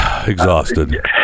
Exhausted